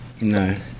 No